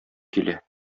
килә